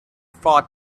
fought